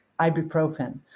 ibuprofen